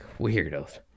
weirdos